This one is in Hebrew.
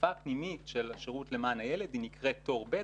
בשפה הפנימית של השירות למען הילד היא נקראת "תור ב'",